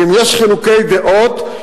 ואם יש חילוקי דעות,